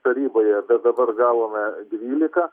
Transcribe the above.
taryboje bet dabar gavome dvylika